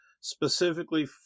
specifically